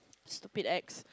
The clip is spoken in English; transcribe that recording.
stupid ex